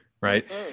Right